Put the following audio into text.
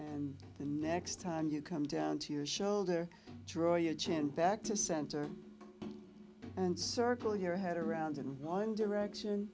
and the next time you come down to your shoulder draw your chin back to center and circle your head around in one direction